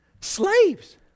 Slaves